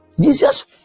Jesus